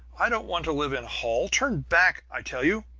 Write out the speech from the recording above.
i don't want to live in holl. turn back, i tell you!